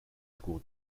school